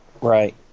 Right